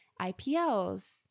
IPLs